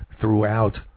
throughout